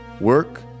work